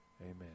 amen